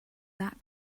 that